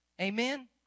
Amen